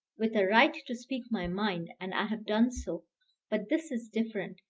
with a right to speak my mind, and i have done so but this is different.